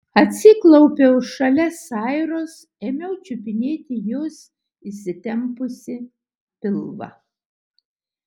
atsiklaupiau šalia sairos ėmiau čiupinėti jos įsitempusį pilvą